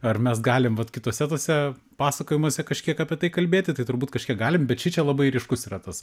ar mes galim vat kituose tuose pasakojimuose kažkiek apie tai kalbėti tai turbūt kažkiek galim bet šičia labai ryškus yra tas